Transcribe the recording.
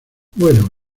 bueno